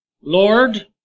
Lord